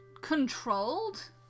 controlled